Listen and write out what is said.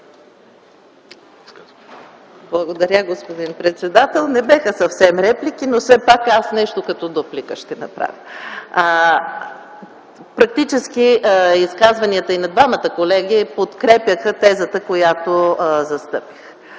Благодаря, господин председател. Не бяха съвсем реплики и аз ще направя нещо като дуплика. Практически изказванията и на двамата колеги подкрепяха тезата, която застъпих.